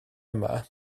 yma